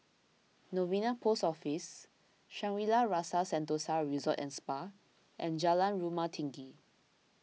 Novena Post Office Shangri La's Rasa Sentosa Resort and Spa and Jalan Rumah Tinggi